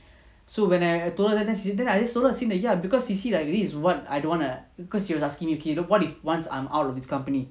so when I told her then she then I just told her see that ya because you see like this is what I don't want err because she was asking me okay [what] if once I'm out of this company